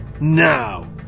Now